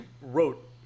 wrote